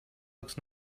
looks